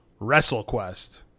WrestleQuest